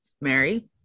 Mary